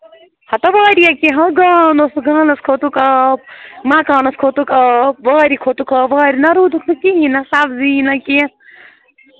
ہتو واریاہ کیٚنٛہہ ہو گان اوسکھ گانَس کھوٚتُکھ آب مَکانَس کھوٚتُکھ آب وارِ کھوٚتُکھ آب وارِ نہ روٗدُکھ نہٕ کِہیٖنۍ نہ سبزی نہ کیٚنٛہہ